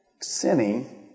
sinning